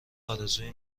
ارزوی